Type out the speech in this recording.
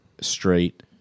straight